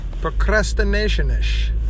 Procrastination-ish